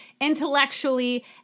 intellectually